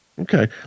Okay